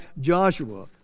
Joshua